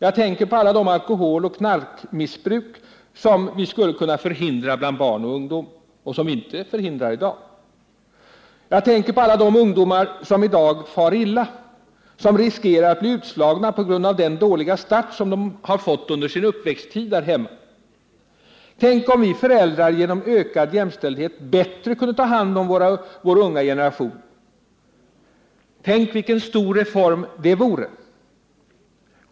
Jag tänker på alla de alkoholoch knarkmissbruk som vi skulle kunna förhindra bland barn och ungdom men som vi i dag inte förhindrar. Jag tänker på alla de ungdomar som i dag far illa, som riskerar att bli utslagna på grund av den dåliga start de har fått under sin uppväxttid där kemma. Tänk om vi föräldrar genom ökad jämställdhet bättre kunde ta hand om vår unga generation. Tänk vilken stor reform det vore!